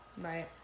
Right